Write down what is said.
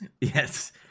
Yes